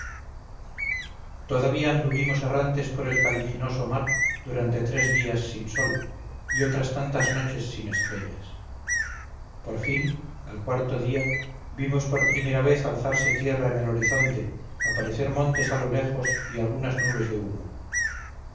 todavía anduvimos errantes por el caliginoso mar durante tres días sin sol y otras tantas noches sin estrellas por fin al cuarto día vimos por primera vez alzarse tierra en el horizonte aparecer montes a lo lejos y algunas nubes de humo